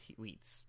tweets